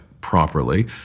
properly